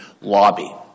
lobby